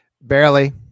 Barely